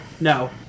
no